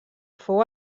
fou